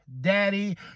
Daddy